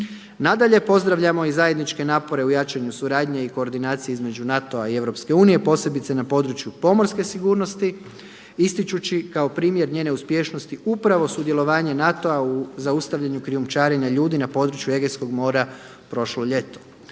Nadalje, pozdravljamo i zajedničke napore u jačanju suradnje i koordinacije između NATO-a i EU posebice na području pomorske sigurnosti ističući kao primjer njene uspješnosti upravo sudjelovanje NATO-a u zaustavljanju krijumčarenja ljudi na području Egejskog mora prošlo ljeto.